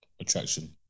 attraction